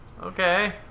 okay